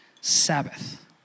Sabbath